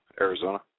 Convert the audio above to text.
Arizona